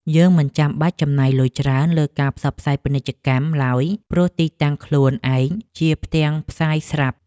យើងមិនចាំបាច់ចំណាយលុយច្រើនលើការផ្សព្វផ្សាយពាណិជ្ជកម្មឡើយព្រោះទីតាំងខ្លួនឯងជាផ្ទាំងផ្សាយស្រាប់។